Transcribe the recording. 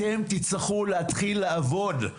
אתם תצטרכו להתחיל לעבוד.